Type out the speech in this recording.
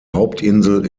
hauptinsel